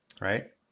right